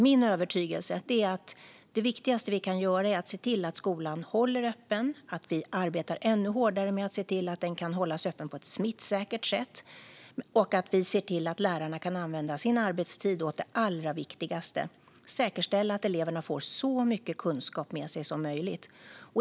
Min övertygelse är att det viktigaste vi kan göra är att se till att skolan hålls öppen, att arbeta ännu hårdare med att se till att den kan hållas öppen på ett smittsäkert sätt och att se till att lärarna kan använda sin arbetstid åt det allra viktigaste, nämligen att säkerställa att eleverna får så mycket kunskap med sig som möjligt.